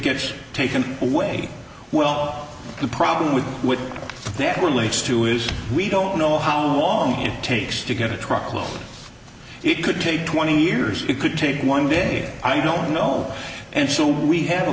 gets taken away well the problem with that relates to is we don't know how long it takes to get a truck load it could take twenty years it could take one day i don't know and so we have a